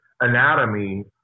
anatomy